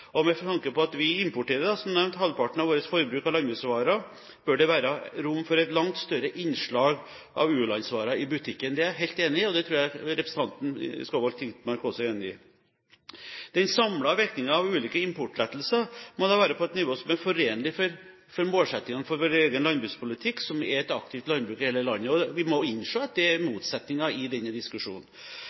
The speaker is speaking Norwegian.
Med tanke på at vi, som nevnt, importerer omtrent halvparten av våre landbruksvarer, bør det være rom for et langt større innslag av u-landsvarer i butikkene. Det er jeg helt enig i, og det tror jeg representanten Skovholt Gitmark også er enig i. Den samlede virkningen av ulike importlettelser må være på et nivå som er forenlig med målsettingene for vår egen landbrukspolitikk, som er et aktivt landbruk i hele landet. Vi må innse at det er motsetninger i denne diskusjonen.